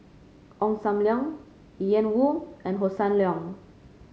Ong Sam Leong Ian Woo and Hossan Leong